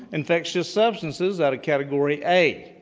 infectious substances at a category a.